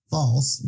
False